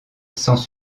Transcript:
sans